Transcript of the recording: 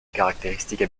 caractéristique